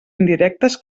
indirectes